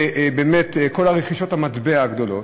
ובאמת כל רכישות המטבע הגדולות.